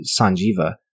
Sanjiva